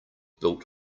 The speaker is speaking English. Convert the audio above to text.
built